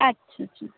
আচ্ছা আচ্ছা